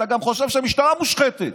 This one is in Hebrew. אתה גם חושב שהמשטרה מושחתת